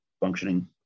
functioning